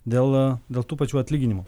dėl dėl tų pačių atlyginimų